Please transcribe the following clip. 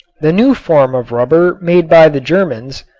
the new form of rubber made by the germans,